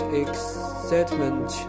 excitement